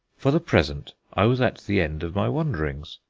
for the present i was at the end of my wanderings.